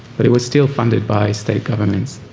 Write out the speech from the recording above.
but it was still funded by state governments.